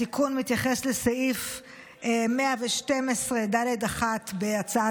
התיקון מתייחס לסעיף 112(ד)(1) בחוק.